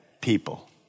people